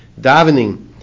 davening